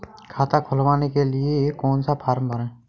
खाता खुलवाने के लिए कौन सा फॉर्म भरें?